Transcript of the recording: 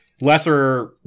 lesser